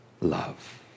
love